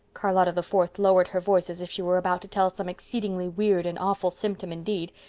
charlotta the fourth lowered her voice as if she were about to tell some exceedingly weird and awful symptom indeed.